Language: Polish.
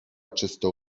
czysto